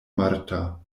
marta